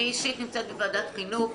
אני אישית נמצאת בוועדת חינוך.